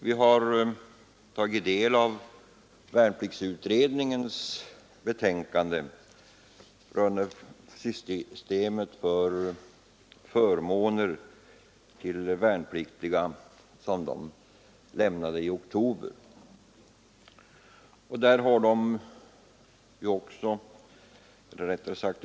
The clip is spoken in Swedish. Vi har tagit del av värnpliktsutredningens betänkande rörande systemet med förmåner till värnpliktiga. Detta betänkande avlämnades i oktober 1972.